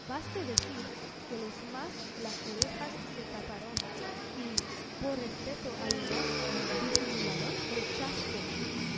baste decir que los más las orejas se taparon y por respeto al león disimularon el chasco